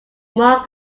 mark